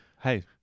Hey